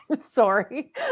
sorry